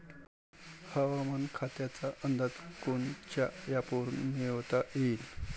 हवामान खात्याचा अंदाज कोनच्या ॲपवरुन मिळवता येईन?